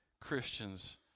Christians